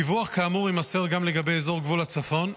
דיווח כאמור יימסר גם לגבי אזור גבול הצפון,